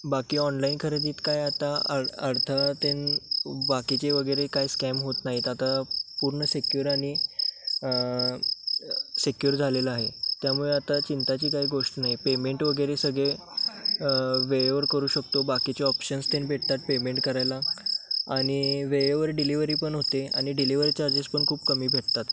बाकी ऑनलाईन खरेदीत काय आता अड अडथळा तेन बाकीचे वगैरे काय स्कॅम होत नाही आहेत आता पूर्ण सिक्युअर आणि सिक्युअर झालेलं आहे त्यामुळे आता चिंतेची काही गोष्ट नाही पेमेंट वगैरे सगळे वेळेवर करू शकतो बाकीचे ऑप्शन्स तेन भेटतात पेमेंट करायला आणि वेळेवर डिलिव्हरी पण होते आणि डिलिव्हरी चार्जेस पण खूप कमी भेटतात